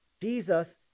Jesus